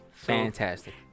Fantastic